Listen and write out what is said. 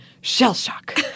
shell-shock